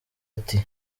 ati